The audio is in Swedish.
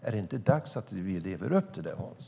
Är det inte dags att vi lever upp till det, Hans?